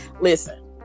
Listen